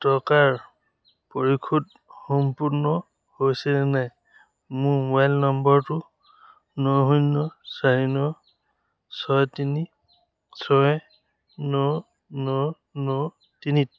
টকাৰ পৰিশোধ সম্পূৰ্ণ হৈছেনে নাই মোৰ মোবাইল নম্বৰটো ন শূন্য চাৰি ন ছয় তিনি ছয় ন ন ন তিনি